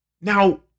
Now